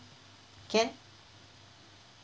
can